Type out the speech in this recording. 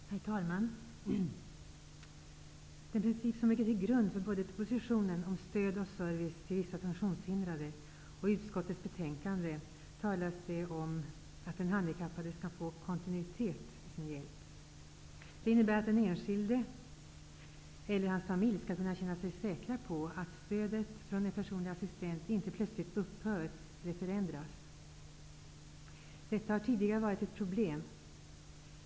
Herr talman! I den princip som ligger till grund för både propositionen om stöd och service till vissa funktionshindrade och utskottets betänkande talas det om att den handikappade skall få kontinuitet i sin hjälp. Det innebär att den enskilde eller hans familj skall kunna känna sig säker på att stödet från en personlig assistent inte plötsligt upphör eller förändras. Detta har tidigare varit ett problem.